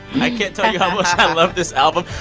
i can't tell you how much i love this album.